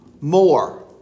more